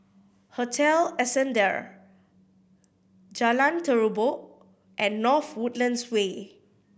Hotel Ascendere Jalan Terubok and North Woodlands Way